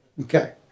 okay